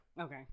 okay